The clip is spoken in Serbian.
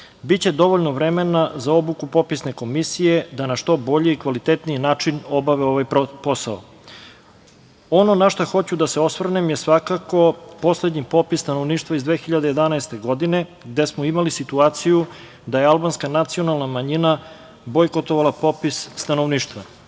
Biće dovoljno vremena za obuku popisne komisije da na što bolji i kvalitetniji način obave ovaj posao. Ono na šta hoću da se osvrnem jeste poslednji popis stanovništva iz 2011. godine gde smo imali situaciju da je albanska nacionalna manjina bojkotovala popis stanovništva.